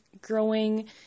growing